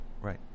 Right